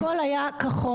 הכול היה כחוק.